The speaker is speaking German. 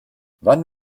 wann